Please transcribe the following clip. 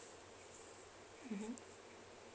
mmhmm